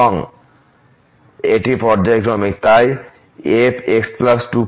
এবং এটি পর্যায়ক্রমিক তাই আমরা f x2 π f বলতে পারি